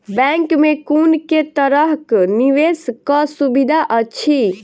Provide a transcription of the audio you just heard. Bank मे कुन केँ तरहक निवेश कऽ सुविधा अछि?